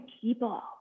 people